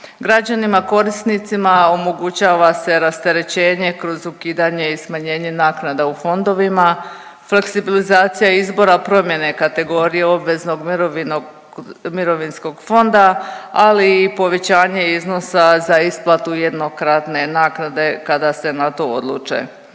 Građanima korisnicima omogućava se rasterećenje kroz ukidanje i smanjenje naknada u fondovima, fleksibilizacija izbora promjene kategorije obveznog mirovinskog fonda, ali i povećanje iznosa za isplatu jednokratne naknade kada se na to odluče.